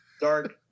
Dark